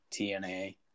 TNA